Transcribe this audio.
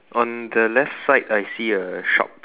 on the left side I see a shop